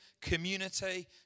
community